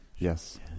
Yes